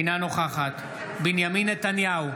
אינה נוכחת בנימין נתניהו,